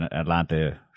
Atlanta